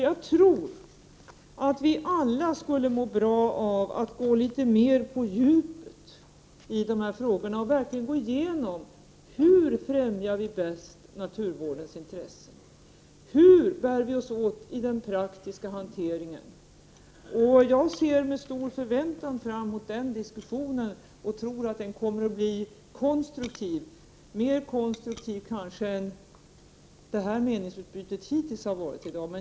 Jag tror att vi alla skulle må bra av att gå litet mer på djupet i dessa frågor och verkligen gå igenom hur vi bäst främjar naturvårdsintressena och hur vi bär oss åt i den praktiska hanteringen. Jag ser med stor förväntan fram mot den diskussionen, och jag tror att den kommer att bli mer konstruktiv än det meningsutbyte vi hittills haft i dag.